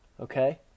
okay